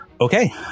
Okay